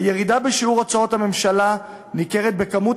הירידה בשיעור הוצאות הממשלה ניכרת בכמות